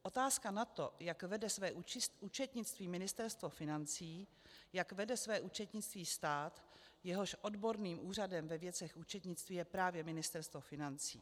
Otázka na to, jak vede své účetnictví Ministerstvo financí, jak vede své účetnictví stát, jehož odborným úřadem ve věcech účetnictví je právě Ministerstvo financí.